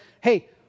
hey